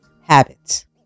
habits